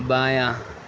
بایاں